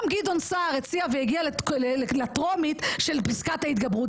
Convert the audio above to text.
גם גדעון סער הציע והגיע לטרומית של פסקת ההתגברות.